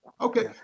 Okay